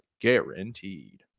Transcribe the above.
guaranteed